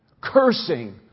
cursing